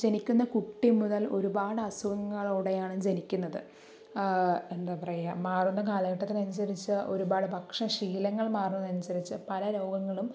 ജനിക്കുന്ന കുട്ടി മുതൽ ഒരുപാട് അസുഖങ്ങളോടെയാണ് ജനിക്കുന്നത് എന്താ പറയുക മാറുന്ന കാലഘട്ടത്തിനനുസരിച്ച ഒരുപാട് ഭക്ഷണ ശീലങ്ങൾ മാറുന്നതിനനുസരിച്ച് പല രോഗങ്ങളും